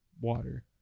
water